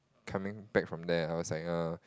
coming back from there I was like err